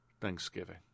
Thanksgiving